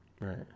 Right